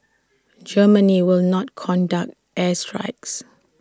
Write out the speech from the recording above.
Germany will not conduct air strikes